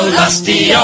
lusty